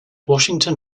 washington